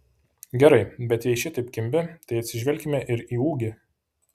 gerai bet jei šitaip kimbi tai atsižvelkime ir į ūgį